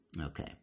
Okay